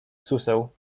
suseł